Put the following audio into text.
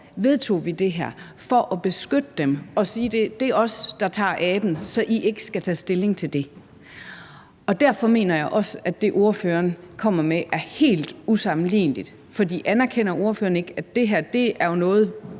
vedtog vi det her – for at beskytte dem og sige: Det er os, der tager aben, så I ikke skal tage stilling til det. Derfor mener jeg også, at det, ordføreren kommer med, er helt usammenligneligt. For anerkender ordføreren ikke, at det her er noget,